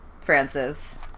Francis